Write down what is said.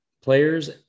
players